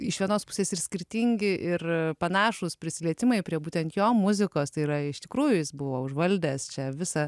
iš vienos pusės ir skirtingi ir panašūs prisilietimai prie būtent jo muzikos tai yra iš tikrųjų jis buvo užvaldęs čia visą